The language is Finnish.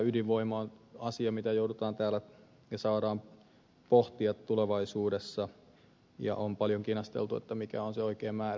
ydinvoima on asia jota täällä joudutaan pohtimaan ja saadaan pohtia tulevaisuudessa ja on paljon kinasteltu mikä on se oikea määrä